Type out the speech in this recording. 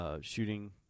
shooting